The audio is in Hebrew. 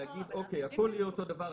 להגיד הכול יהיה אותו דבר,